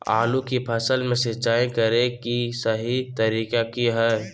आलू की फसल में सिंचाई करें कि सही तरीका की हय?